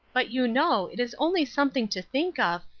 but you know it is only something to think of,